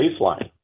baseline